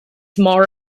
more